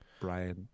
Brian